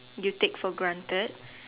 you take for granted